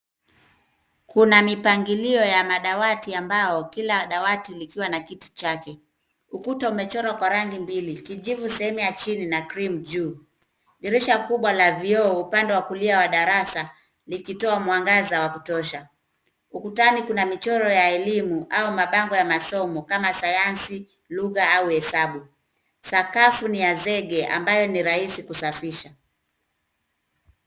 Kuna mipangilio ya madawati ambao kila dawati likiwa na kiti chake. Ukuta umechorwa kwa rangi mbili, kijivu sehemu ya chini na krimu juu. Dirisha kubwa la vioo upande wa kulia wa darasa, likitoa mwangaza wa kutosha. Ukutani kuna michoro ya elimu au mabango ya masomo kama sayansi, lugha au hesabu. Sakafu ni ya zege ambayo ni rahisi kusafisha.